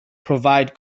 provide